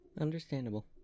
Understandable